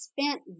spent